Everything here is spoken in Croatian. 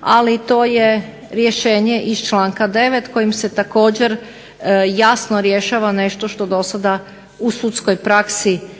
ali to je rješenje iz članka 9. kojim se također jasno rješava nešto što dosada u sudskoj praksi nije